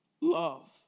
love